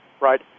right